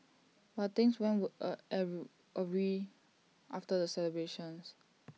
but things went were A awry after the celebrations